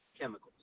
chemicals